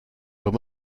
vois